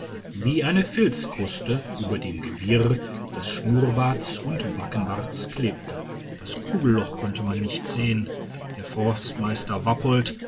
wie eine filzkruste über dem gewirr des schnurrbarts und backenbarts klebte das kugelloch konnte man nicht sehen der forstmeister wappolt